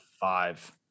five